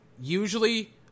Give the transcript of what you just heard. usually